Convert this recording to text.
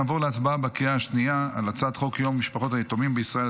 נעבור להצבעה בקריאה השנייה על הצעת חוק יום משפחות היתומים בישראל,